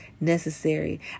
necessary